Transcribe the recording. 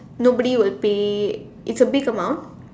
nobody will pay it's a big amount